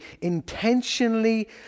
intentionally